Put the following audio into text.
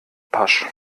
pasch